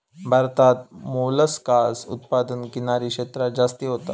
भारतात मोलस्कास उत्पादन किनारी क्षेत्रांत जास्ती होता